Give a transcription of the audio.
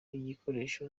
igikoresho